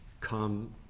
come